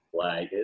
flag